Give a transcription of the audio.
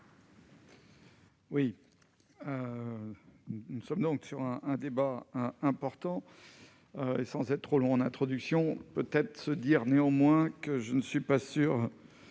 Oui, nous sommes donc sur un un débat important et sans être trop long en introduction, peut-être se dire néanmoins que je ne suis pas sûr